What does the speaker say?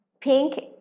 Pink